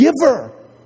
giver